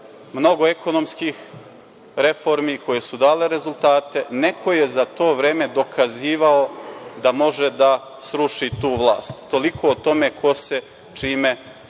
mnogo ekonomskih reformi koje su dale rezultate, neko je za to vreme dokazivao da može da sruši tu vlast. Toliko o tome ko se čime